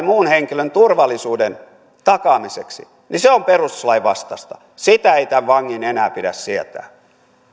muun henkilön turvallisuuden takaamiseksi niin se on perustuslain vastaista sitä ei tämän vangin enää pidä sietää